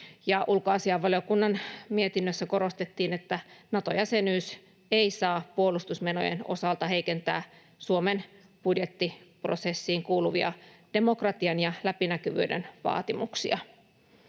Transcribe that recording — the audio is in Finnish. Ulkoasiainvaliokunnan mietinnössä korostettiin, että Nato-jäsenyys ei saa puolustusmenojen osalta heikentää Suomen budjettiprosessiin kuuluvia demokratian ja läpinäkyvyyden vaatimuksia,